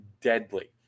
deadly